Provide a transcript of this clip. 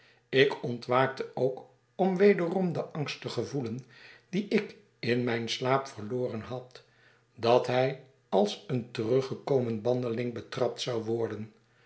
ik ontwaakte ook om wederom den angst te gevoelen dien ik in mijn slaap verloren had dat hij als een teruggekomen banneling betrapt zou worden